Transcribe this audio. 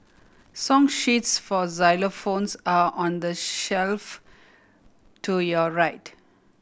song sheets for xylophones are on the shelf to your right